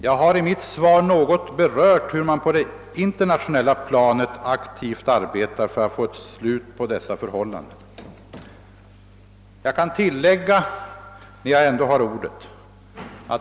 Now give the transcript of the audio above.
Jag har i mitt svar något berört hur man på det internationella planet aktivt arbetar för att få ett slut på dessa förhållanden.